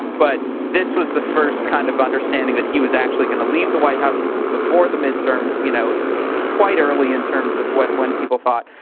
but this was the first kind of understanding that he was actually gonna leave the white house. this was before the midterms. you know quite early in terms of when when people thought.